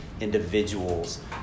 individuals